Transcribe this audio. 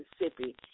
Mississippi